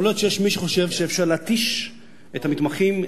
יכול להיות שיש מי שחושב שאפשר להתיש את המתמחים,